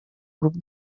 grup